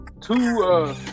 two –